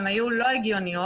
היו לא הגיוניות,